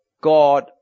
God